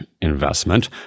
investment